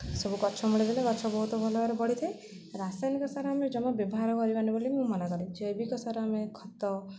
ସବୁ ଗଛ ମୂଳେ ଦେଲେ ଗଛ ବହୁତ ଭଲ ଭାବରେ ବଡ଼ିଥାଏ ରାସାୟନିକ ସାର ଆମେ ଜମା ବ୍ୟବହାର କରିବାନି ବୋଲି ମୁଁ ମନା କରେ ଜୈବିକ ସାର ଆମେ ଖତ